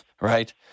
Right